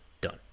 done